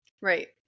Right